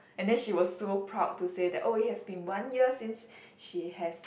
and then she was super proud to say that oh it has been one year since she has